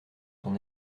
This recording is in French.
son